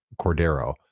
Cordero